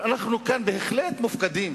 אבל אנחנו כאן בהחלט מופקדים